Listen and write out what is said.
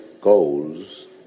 goals